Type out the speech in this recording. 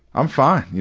i'm fine.